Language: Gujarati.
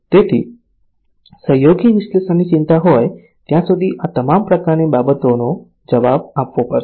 તેથી સહયોગી વિશ્લેષણની ચિંતા હોય ત્યાં સુધી આ તમામ પ્રકારની બાબતોનો જવાબ આપવો પડશે